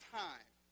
time